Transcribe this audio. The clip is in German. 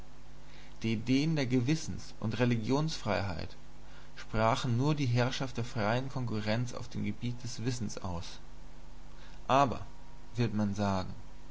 die ideen der gewissens und religionsfreiheit sprachen nur die herrschaft der freien konkurrenz auf dem gebiete des wissens aus aber wird man sagen